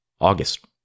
August